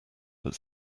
but